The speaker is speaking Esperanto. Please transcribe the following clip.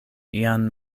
ian